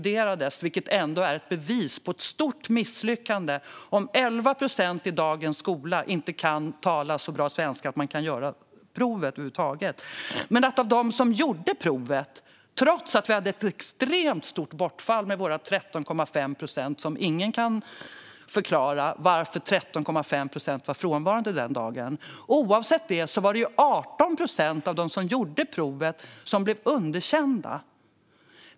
Det är ett bevis på ett stort misslyckande att det i dagens skola är 11 procent som inte kan tala så bra svenska att de kunde göra provet över huvud taget. Vi hade ett extremt stort bortfall med våra 13,5 procent, och ingen kan förklara varför dessa 13,5 procent var frånvarande den dagen. Oavsett detta blev 18 procent av dem som gjorde provet underkända.